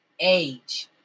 age